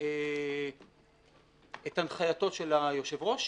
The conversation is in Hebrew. את הנחייתו של היושב-ראש,